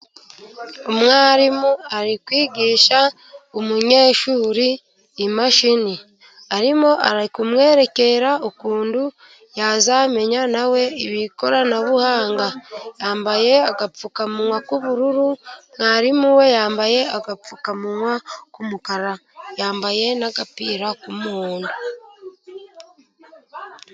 Umwarimu ari kwigisha umunyeshuri imashini, arimo kumwerekera ukuntu yazamenya nawe ikoranabuhanga, yambaye agapfukamunwa k'ubururu, mwarimu we yambaye agapfukamunwa k'umukara yambaye n'agapira k'umuhondo.